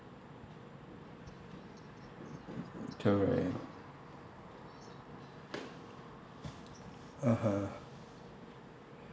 correct (uh huh)